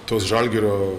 tos žalgirio